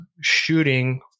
shooting